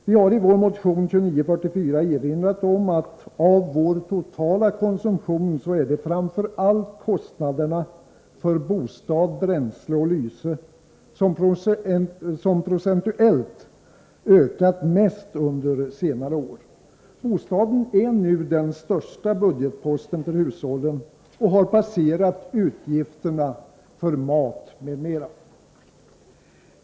Vi har i vår motion 2944 erinrat om att det av vår totala konsumtion framför allt är kostnaderna för bostad, bränsle och lyse som procentuellt ökat mest under senare år. Bostaden är nu den största budgetposten för hushållen och har passerat utgifterna för mat m.m.